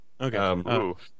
Okay